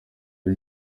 ari